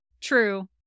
True